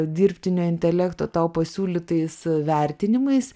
dirbtinio intelekto tau pasiūlytais vertinimais